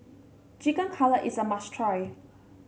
Chicken Cutlet is a must try